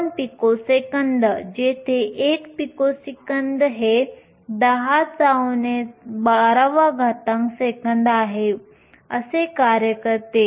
2 picosecond जेथे 1 picosecond हे 10 12 सेकंद आहे असे कार्य करते